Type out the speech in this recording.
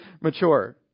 mature